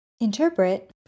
Interpret